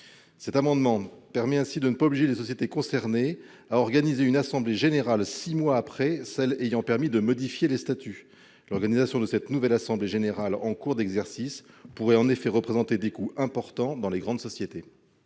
amendement vise à ce que les sociétés concernées ne soient pas obligées d'organiser une assemblée générale six mois après celle qui aura permis de modifier les statuts. L'organisation de cette nouvelle assemblée générale en cours d'exercice pourrait en effet représenter des coûts importants dans les grandes sociétés.